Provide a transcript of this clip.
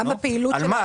על מה?